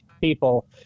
people